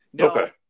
Okay